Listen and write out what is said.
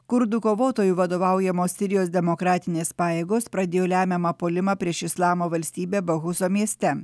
kurdų kovotojų vadovaujamos sirijos demokratinės pajėgos pradėjo lemiamą puolimą prieš islamo valstybę bahuso mieste